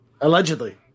Allegedly